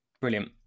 Brilliant